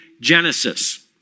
Genesis